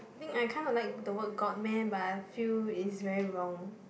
think I kind of like the word got meh but feel it's very wrong